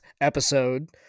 episode